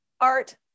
art